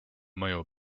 mõju